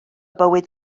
bywyd